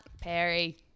Perry